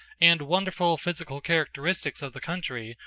and wonderful physical characteristics of the country,